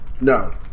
No